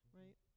right